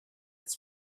its